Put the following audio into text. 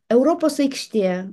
europos aikštė